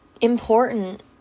important